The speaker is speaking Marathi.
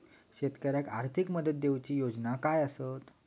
शेतकऱ्याक आर्थिक मदत देऊची योजना काय आसत?